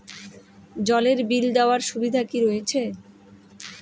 জলের বিল দেওয়ার সুবিধা কি রয়েছে?